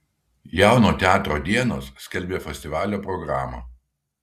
jauno teatro dienos skelbia festivalio programą